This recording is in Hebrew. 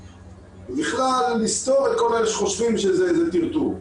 ובכלל לסתור את כל אלה שחושבים שזה טרטור.